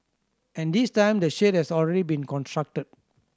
and this time the shade has already been constructed